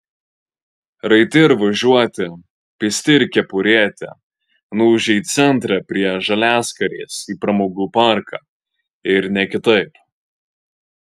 raiti ir važiuoti pėsti ir kepurėti nuūžė į centrą prie žaliaskarės į pramogų parką ir ne kitaip